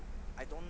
I don't